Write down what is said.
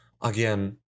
again